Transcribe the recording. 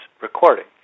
recording